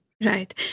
Right